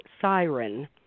siren